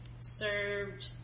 served